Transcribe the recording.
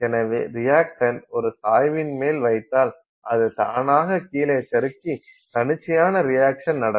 எனவே ரியக்டண்ட் ஒரு சாய்வின் மேலே வைத்தால் அது தானாக கீழே சறுக்கி தன்னிச்சையான ரியாக்சன் நடக்கும்